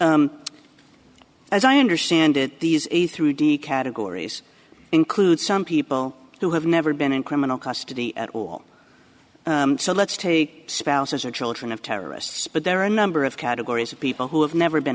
here as i understand it these a three d categories include some people who have never been in criminal custody at all so let's take spouses or children of terrorists but there are a number of categories of people who have never been